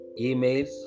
emails